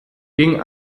ging